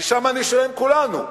שם נשארים כולנו.